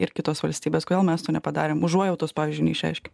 ir kitos valstybės kodėl mes to nepadarėm užuojautos pavyzdžiui neišreiškė